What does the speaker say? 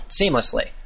seamlessly